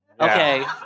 Okay